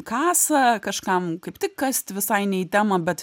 kasa kažkam kaip tik kast visai ne į temą bet